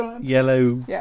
yellow